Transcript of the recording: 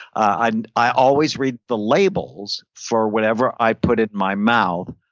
i and i always read the labels for whatever i put in my mouth.